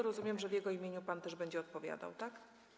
Rozumiem, że w jego imieniu też pan będzie odpowiadał, tak?